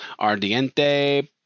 Ardiente